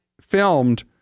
filmed